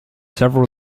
several